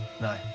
No